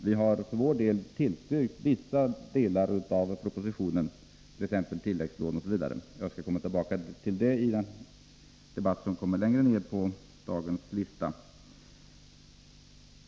Vi har emellertid tillstyrkt vissa delar av propositionen, t.ex. förslaget om tilläggslån — jag skall återkomma till detta i den debatt som skall föras senare i dag.